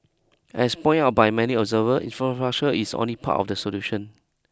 as point out by many observers is only part of the solution